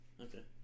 Okay